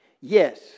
Yes